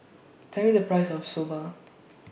Tell Me The Price of Soba